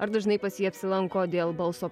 ar dažnai pas jį apsilanko dėl balso